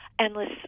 endless